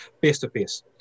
face-to-face